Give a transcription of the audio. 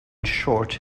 short